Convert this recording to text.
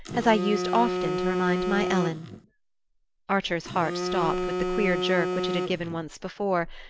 as i used often to remind my ellen archer's heart stopped with the queer jerk which it had given once before,